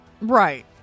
Right